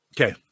Okay